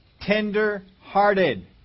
Tender-hearted